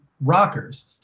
rockers